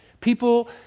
People